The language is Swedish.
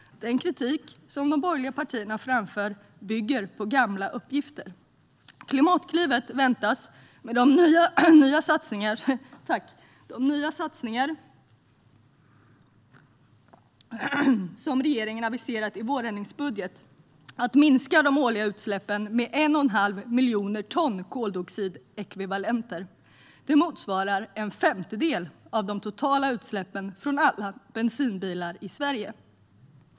Den kritik som de borgerliga partierna framför bygger på gamla uppgifter. Klimatklivet väntas, med de nya satsningar som regeringen aviserat i vårändringsbudgeten, minska de årliga utsläppen med 1 1⁄2 miljon ton koldioxidekvivalenter. Det motsvarar en femtedel av de totala utsläppen från alla bensinbilar i Sverige.